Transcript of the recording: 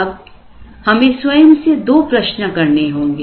अब हमें स्वयं से दो प्रश्न करने होंगे